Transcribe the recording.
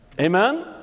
Amen